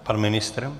Pan ministr?